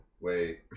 Wait